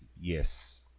Yes